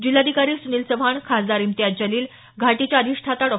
जिल्हाधिकारी सुनील चव्हाण खासदार इम्तियाज जलील घाटीच्या अधिष्ठाता डॉ